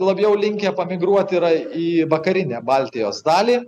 labiau linkę migruot yra į vakarinę baltijos dalį